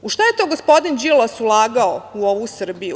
U šta je to gospodin Đilas ulagao u ovu Srbiju?